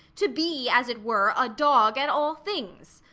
to be, as it were, a dog at all things.